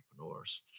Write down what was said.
entrepreneurs